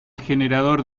generador